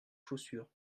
chaussures